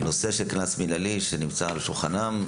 הנושא של קנס מנהלי נמצא על שולחנן,